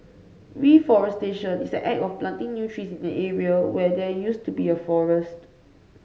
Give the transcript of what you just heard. reforestation is the act of planting new trees in an area where there used to be a forest